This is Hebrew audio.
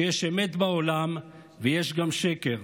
שיש אמת בעולם, ויש גם שקר,